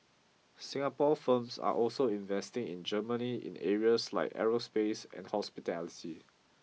Singapore firms are also investing in Germany in areas like aerospace and hospitality